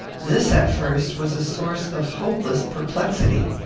this, at first, was a source of hopeless perplexity.